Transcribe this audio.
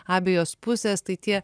abejos pusės tai tie